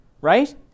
Right